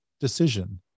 decision